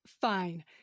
Fine